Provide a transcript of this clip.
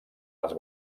les